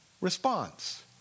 Response